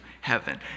heaven